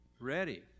ready